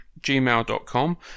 gmail.com